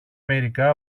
μερικά